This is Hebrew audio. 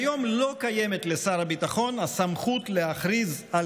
כיום לא קיימת לשר הביטחון הסמכות להכריז על